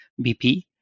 BP